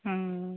ହଁ